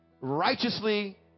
righteously